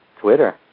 Twitter